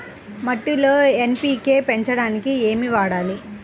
మట్టిలో ఎన్.పీ.కే పెంచడానికి ఏమి వాడాలి?